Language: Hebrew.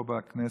פה בכנסת,